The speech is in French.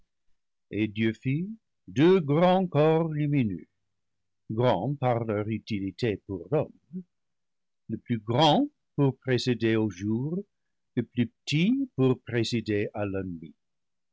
et dieu fit deux grands corps lumineux grands par leur utilité pour l'homme le plus grand pour présider au jour le plus petit pour présider à la nuit